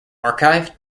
archive